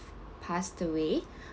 passed away